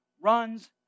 runs